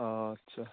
অঁ আচ্ছা